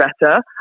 better